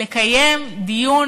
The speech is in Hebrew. לקיים דיון,